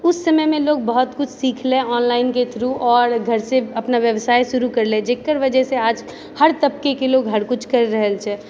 उस समयमे लोग बहुतकिछु सिखलय ऑनलाइनके थ्रू आओर घरसे अपना व्यवसाय शुरु करलै जेकर वजहसँ आज हरतबकाके लोग हरकिछु करि रहल छै